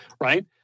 right